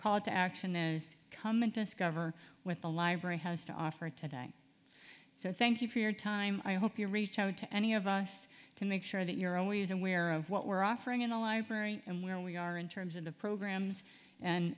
to action is to come and discover with the library has to offer today so thank you for your time i hope you reach out to any of us to make sure that you're always aware of what we're offering in the library and where we are in terms of the programs and